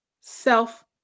self